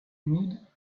mood